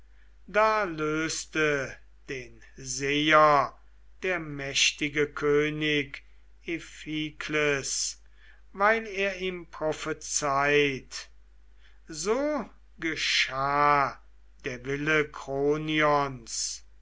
da löste den seher der mächtige könig iphikles weil er ihm prophezeit so geschah der wille